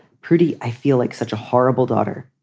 pretty. i feel like such a horrible daughter.